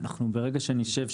ברגע שנשב,